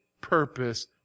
purpose